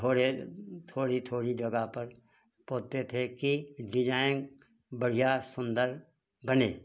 थोड़े थोड़ी थोड़ी जगह पर पोतते थे कि डिजाईन बढ़िया सुन्दर बने